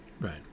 Right